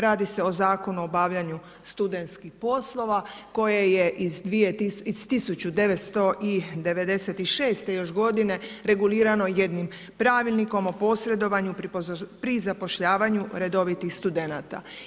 Radi se o Zakonu o obavljanju studenskih poslova koje je iz 1996. još godine regulirano jednim Pravilnikom o posredovanju pri zapošljavanju redovitih studenata.